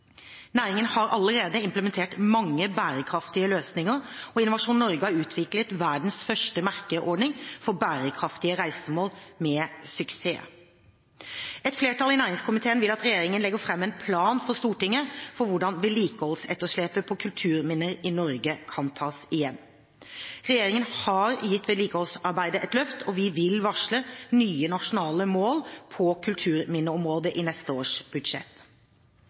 Næringen har allerede implementert mange bærekraftige løsninger, og Innovasjon Norge har utviklet verdens første merkeordning for «Bærekraftig reisemål» – med suksess. Et flertall i næringskomiteen vil at regjeringen legger fram en plan for Stortinget for hvordan vedlikeholdsetterslepet på kulturminner i Norge kan tas igjen. Regjeringen har gitt vedlikeholdsarbeidet et løft, og vi vil varsle nye nasjonale mål på kulturminneområdet i neste års budsjett.